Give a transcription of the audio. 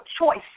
choice